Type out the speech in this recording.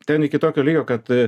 ten iki tokio lygio kad